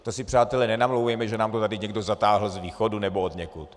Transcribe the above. To si, přátelé, nenamlouvejme, že nám to tady někdo zatáhl z východu nebo odněkud.